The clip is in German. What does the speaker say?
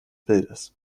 bildes